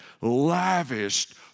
lavished